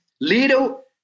little